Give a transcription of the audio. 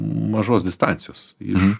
mažos distancijos iš